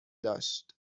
داشت